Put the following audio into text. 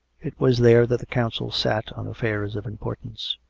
it was there that the council sat on affairs of importance.